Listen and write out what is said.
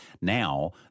now